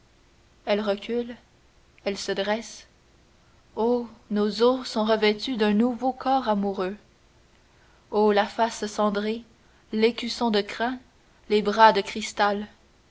elle recule elle se dresse oh nos os sont revêtus d'un nouveau corps amoureux o la face cendrée l'écusson de crin les bras de cristal